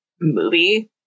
movie